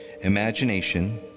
imagination